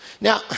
Now